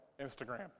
Instagram